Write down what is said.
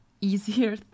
easier